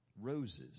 roses